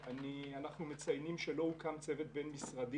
אנחנו מציינים שלא הוקם צוות בין משרדי